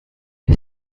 you